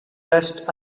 rest